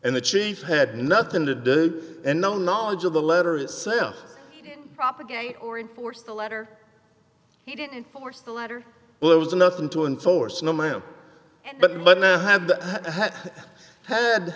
and the chief had nothing to do and no knowledge of the letter itself propagate or enforce the letter he didn't force the letter but there was nothing to enforce no ma'am but it might not have had